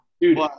Dude